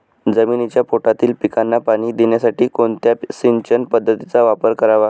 जमिनीच्या पोटातील पिकांना पाणी देण्यासाठी कोणत्या सिंचन पद्धतीचा वापर करावा?